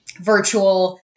virtual